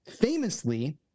famously